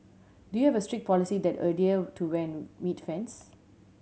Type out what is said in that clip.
do you have a strict policy that adhere to when meet fans